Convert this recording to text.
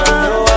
no